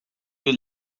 you